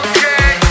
Okay